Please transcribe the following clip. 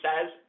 says